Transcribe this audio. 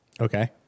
Okay